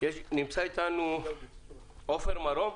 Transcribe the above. עופר מרום,